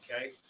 Okay